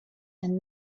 and